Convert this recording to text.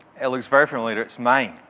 it looks very familiar. it's mine.